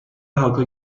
halka